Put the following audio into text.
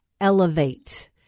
Elevate